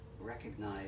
recognize